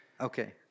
okay